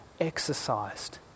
exercised